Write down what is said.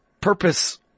purpose